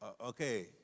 Okay